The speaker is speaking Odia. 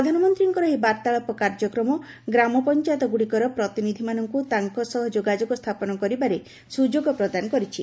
ପ୍ରଧାନମନ୍ତ୍ରୀଙ୍କର ଏହି ବାର୍ତ୍ତାଳାପ କାର୍ଯ୍ୟକ୍ରମ ଗ୍ରାମ ପଞ୍ଚାୟତଗୁଡ଼ିକର ପ୍ରତିନିଧ୍ମାନଙ୍କୁ ତାଙ୍କ ସହ ଯୋଗାଯୋଗ ସ୍ଥାପନ କରିବାରେ ସୁଯୋଗ ସ ପ୍ରଦାନ କରିଛି